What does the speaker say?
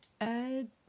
add